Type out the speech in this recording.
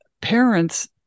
parents